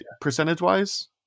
percentage-wise